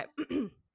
Okay